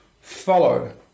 follow